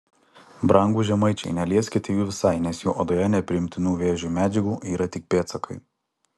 brangūs žemaičiai nelieskite jų visai nes jų odoje nepriimtinų vėžiui medžiagų yra tik pėdsakai